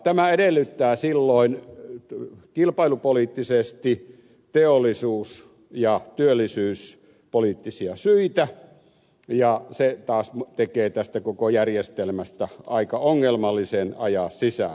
tämä edellyttää silloin kilpailupoliittisesti teollisuus ja työllisyyspoliittisia syitä ja se taas tekee tästä koko järjestelmästä aika ongelmallisen ajaa sisään